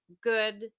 good